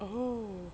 oh